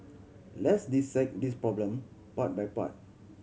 let's dissect this problem part by part